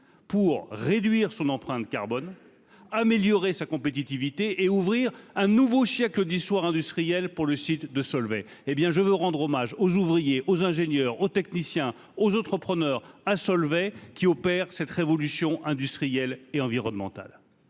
pour réduire son empreinte carbone améliorer sa compétitivité et ouvrir un nouveau Shia que d'histoire industrielle pour le site de Solvay, hé bien je veux rendre hommage aux ouvriers, aux ingénieurs, aux techniciens, aux entrepreneurs à Solvay qui opère cette révolution industrielle et environnementale